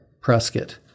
Prescott